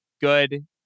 good